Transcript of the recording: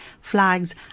flags